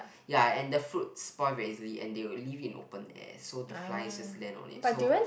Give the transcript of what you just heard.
ya and the fruits spoil very easily and they will leave it in open air so the flies just land on it so